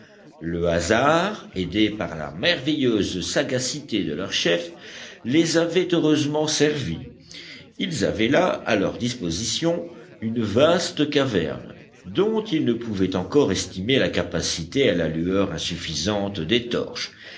le hasard aidé par la merveilleuse sagacité de leur chef les avait heureusement servis ils avaient là à leur disposition une vaste caverne dont ils ne pouvaient encore estimer la capacité à la lueur insuffisante des torches